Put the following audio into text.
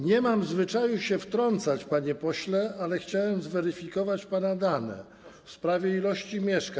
Nie mam zwyczaju się wtrącać, panie pośle, ale chciałem zweryfikować pana dane w sprawie ilości mieszkań.